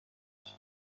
باشی